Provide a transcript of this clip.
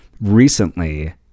recently